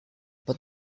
but